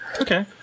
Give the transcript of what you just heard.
Okay